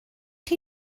chi